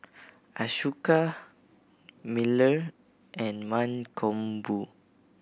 Ashoka Bellur and Mankombu